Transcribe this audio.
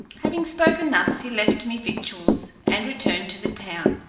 having spoken thus, he left me victuals, and returned to the town,